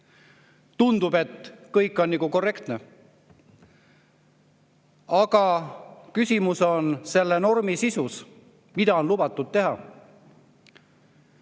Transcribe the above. Tundub, et kõik on korrektne. Aga küsimus on selle normi sisus. Mida on lubatud teha?